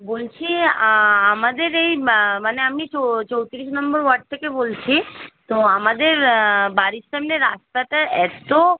বলছি আমাদের এই মা মানে আমি চো চৌতিরিশ নম্বর ওয়ার্ড থেকে বলছি তো আমাদের বাড়ির সামনে রাস্তাটা এতো